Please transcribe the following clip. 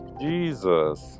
Jesus